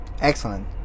excellent